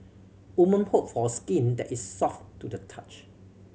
women hope for skin that is soft to the touch